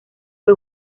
fue